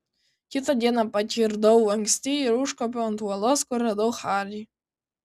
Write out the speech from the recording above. kitą dieną pakirdau anksti ir užkopiau ant uolos kur radau harį